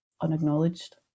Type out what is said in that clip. unacknowledged